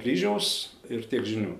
kryžiaus ir tiek žinių